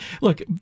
look